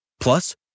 Plus